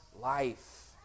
life